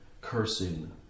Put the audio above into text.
cursing